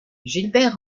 gilbert